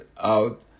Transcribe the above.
out